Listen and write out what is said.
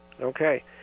Okay